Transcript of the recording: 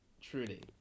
Truly